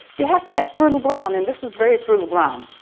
you have to have fertile ground and this was very fertile ground,